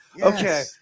Okay